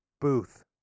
Booth